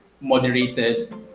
moderated